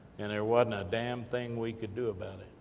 and there wasn't a damn thing, we could do about it.